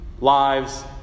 lives